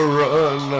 run